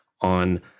on